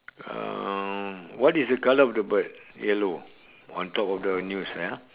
um what is the colour of the bird yellow on top of the news ya